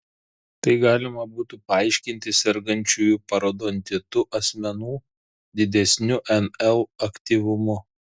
tai galima būtų paaiškinti sergančiųjų parodontitu asmenų didesniu nl aktyvumu